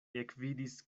ekvidis